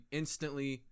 instantly